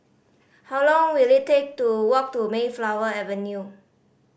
how long will it take to walk to Mayflower Avenue